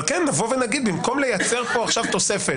אבל כן נבוא ונגיד: במקום לייצר פה עכשיו תוספת